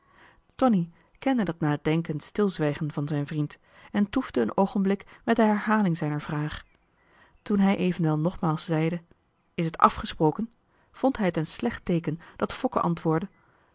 tonie kende dat nadenkend stilzwijgen van zijn vriend en toefde een oogenblik met de herhaling zijner vraag toen hij evenwel nogmaals zeide is het afgesproken vond hij t een slecht teeken dat fokke antwoordde